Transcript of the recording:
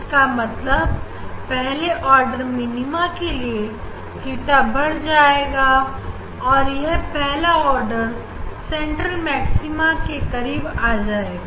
इसका मतलब पहले आर्डर मिनीमा के लिए थीटा बढ़ जाएगा और यह पहला ऑर्डर सेंट्रल मैक्सिमा के करीब आ जाएगा